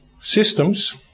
systems